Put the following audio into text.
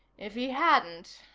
if he hadn't.